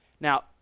Now